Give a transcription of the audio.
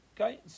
Okay